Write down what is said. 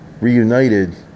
reunited